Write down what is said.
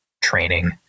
training